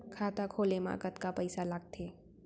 खाता खोले मा कतका पइसा लागथे?